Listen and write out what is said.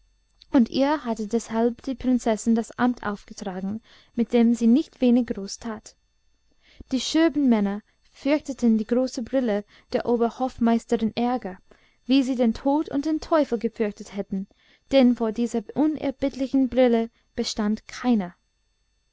und ihr hatte deshalb die prinzessin das amt aufgetragen mit dem sie nicht wenig groß tat die schöben männer fürchteten die große brille der oberhofmeisterin ärger wie sie den tod und den teufel gefürchtet hätten denn vor dieser unerbittlichen brille bestand keiner